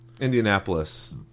Indianapolis